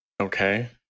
Okay